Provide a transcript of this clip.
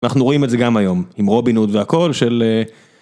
אנחנו רואים את זה גם היום עם רובין הוד והכל של.